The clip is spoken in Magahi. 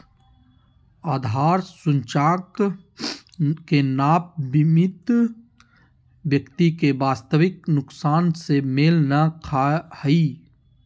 आधार सूचकांक के नाप बीमित व्यक्ति के वास्तविक नुकसान से मेल नय खा हइ